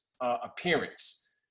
appearance